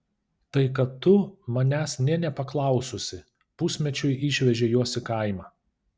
tai kad tu manęs nė nepaklaususi pusmečiui išvežei juos į kaimą